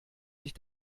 sich